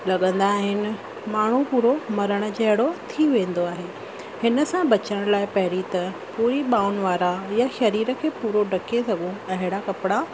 लॻंदा आहिनि माण्हू पूरो मरण जहिड़ो थी वेंदो आहे हिन सां बचण लाइ पहिरीं त पूरी ॿाहुनि वारा या शरीर खे पूरो ढके सघो अहिड़ा कपिड़ा